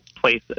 places